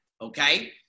okay